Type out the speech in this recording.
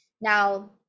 Now